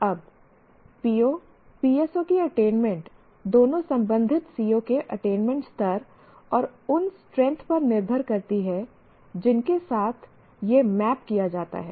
अब PO PSO की attainment दोनों संबंधित CO के अटेनमेंट स्तर और उन स्ट्रैंथ पर निर्भर करती है जिनके साथ यह मैप किया जाता है